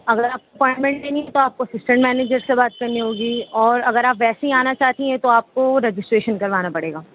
اگر آپ کو اپائنٹمنٹ لینی ہے تو آپ کو اسسٹنٹ منیجر سے بات کرنی ہوگی اور اگر آپ ویسے ہی آنا چاہتی ہیں تو آپ کو رجسٹریشن کروانا پڑے گا